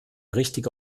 richtige